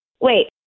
Wait